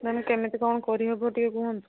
ma'am କେମିତି କଣ କରିହେବ ଟିକେ କୁହନ୍ତୁ